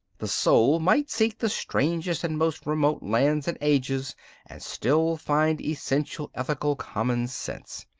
the soul might seek the strangest and most remote lands and ages and still find essential ethical common sense.